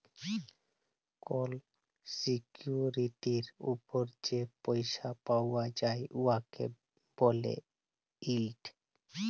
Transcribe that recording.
call সিকিউরিটির উপর যে পইসা পাউয়া যায় উয়াকে ব্যলে ইল্ড